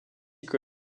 que